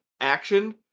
action